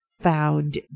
found